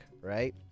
right